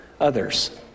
others